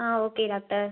ah okay doctor